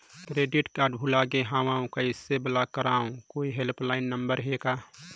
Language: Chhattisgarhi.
क्रेडिट कारड भुला गे हववं कइसे ब्लाक करव? कोई हेल्पलाइन नंबर हे का?